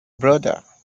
brother